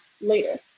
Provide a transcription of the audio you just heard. later